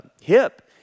hip